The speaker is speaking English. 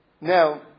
Now